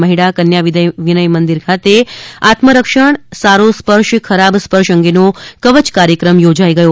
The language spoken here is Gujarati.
મહીડા કન્યા વિનયમંદિર ખાતે આત્મરક્ષણ સારો સ્પર્શ ખરાબ સ્પર્શ અંગેનો કવચ કાર્યક્રમ યોજાઇ ગયો